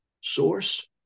source